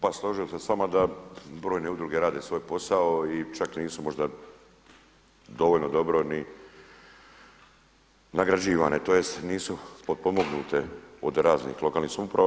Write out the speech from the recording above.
Pa složio bih s vama da brojne udruge rade svoj posao i čak možda nisu dovoljno dobro ni nagrađivanje tj. nisu potpomognute od raznih lokalnih samouprava.